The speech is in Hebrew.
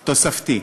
תוספתי.